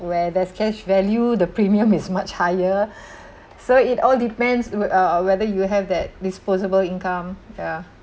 where there's cash value the premium is much higher so it all depends uh uh whether you have that disposable income yeah